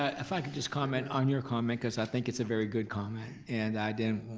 ah if i could just comment on your comment cause i think it's a very good comment. and i didn't,